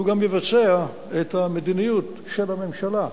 והוא גם יבצע את המדיניות של הממשלה.